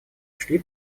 шли